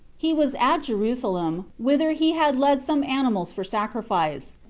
he was at jerusalem, whither he had led some animals for sacrifice.